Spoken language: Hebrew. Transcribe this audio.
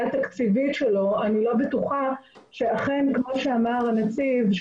התקציבית שלו אני לא בטוחה שאכן כמו שאמר הנציב,